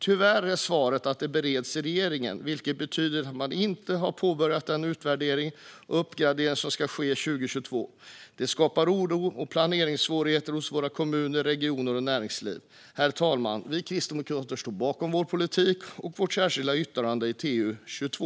Tyvärr var svaret att det bereds i regeringen, vilket betyder att man inte har påbörjat den utvärdering och uppgradering som ska ske 2022. Detta skapar oro och planeringssvårigheter hos kommuner, regioner och näringslivet. Herr talman! Vi kristdemokrater står bakom vår politik och vårt särskilda yttrande gällande utgiftsområde 22.